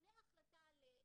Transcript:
לפני ההחלטה לסגירה,